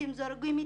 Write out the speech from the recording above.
אתם זורקים אותנו,